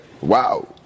Wow